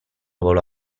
volò